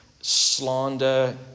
slander